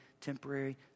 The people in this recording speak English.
temporary